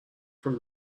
from